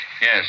Yes